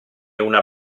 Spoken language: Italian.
una